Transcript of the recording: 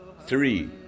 Three